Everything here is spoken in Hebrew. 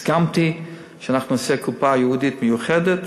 הסכמתי שאנחנו נעשה קופה ייעודית מיוחדת,